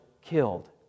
Killed